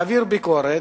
להעביר ביקורת.